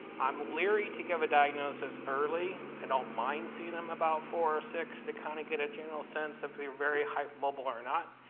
i'm leery to give a diagnosis early. i don't mind seeing them about four or six, to kind of get a general sense if they're very hypermobile or not,